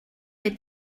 est